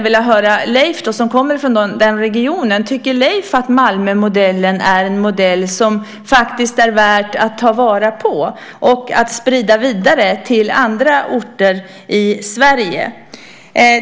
Tycker Leif, som kommer från den regionen, att Malmömodellen är en modell som det faktiskt är värt att ta vara på och sprida vidare till andra orter i Sverige?